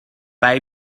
baby